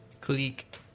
Click